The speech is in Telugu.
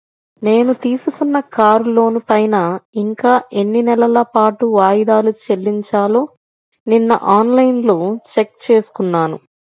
నేను తీసుకున్న కారు లోనుపైన ఇంకా ఎన్ని నెలల పాటు వాయిదాలు చెల్లించాలో నిన్నఆన్ లైన్లో చెక్ చేసుకున్నాను